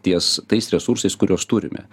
ties tais resursais kuriuos turime